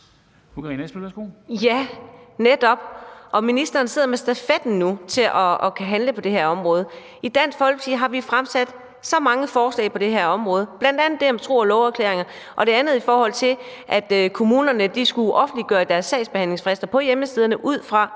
Ja, netop, og ministeren sidder med stafetten nu til at kunne handle på det her område. I Dansk Folkeparti har vi fremsat så mange forslag på det her område, bl.a. det om tro- og loveerklæringer. Det andet vedrører det med, at kommunerne skulle offentliggøre deres sagsbehandlingsfrister for de sager, som